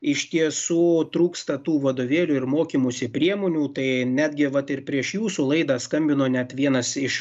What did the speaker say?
iš tiesų trūksta tų vadovėlių ir mokymosi priemonių tai netgi vat ir prieš jūsų laidą skambino net vienas iš